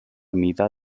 mida